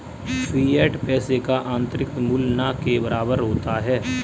fiat पैसे का आंतरिक मूल्य न के बराबर होता है